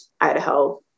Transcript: Idaho